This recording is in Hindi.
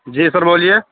जी शर्मा जी